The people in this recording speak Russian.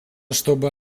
чтобы